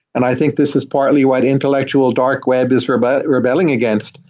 and i think this is partly why the intellectual dark web is rebelling rebelling against,